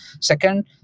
Second